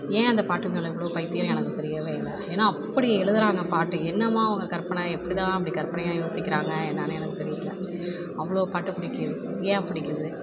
ஏன் அந்த பாட்டு மேல இவ்ளோ பைத்தியம் எனக்கு தெரியவே இல்லை ஏன்னா அப்படி எழுதுறாங்க பாட்டு என்னமா அவங்க கற்பனை எப்படிதான் அப்படி கற்பனையாக யோசிக்கிறாங்க என்னென்னு எனக்கு தெரியல அவ்வளோ பாட்டு பிடிக்கும் ஏன் பிடிக்குது